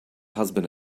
husband